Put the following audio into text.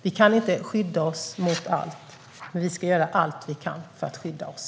Vi kan inte skydda oss mot allt, men vi ska göra allt vi kan för att skydda oss.